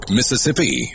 Mississippi